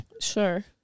Sure